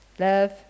Love